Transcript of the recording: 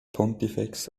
pontifex